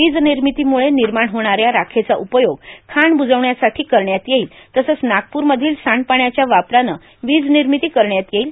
वीजनिर्मितीम्रुळे निर्माण होणाऱ्या राखेचा उपयोग खाण ब्रजवण्यासाठी करण्यात येईल तसंच नागपूर मधील सांडपाण्याच्या वापरानं वीज निर्मिती करण्यात येईल